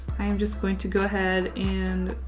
i am just going to go ahead and.